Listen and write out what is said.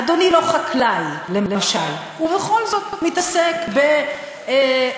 אדוני לא חקלאי, למשל, ובכל זאת מתעסק ברגולציה,